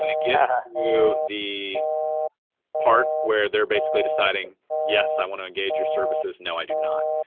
ah yeah you the part where they're basically deciding yes i want to engage your services, no i do not.